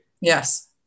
yes